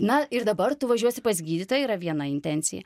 na ir dabar tu važiuosi pas gydytoją yra viena intencija